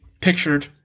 pictured